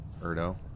Erdo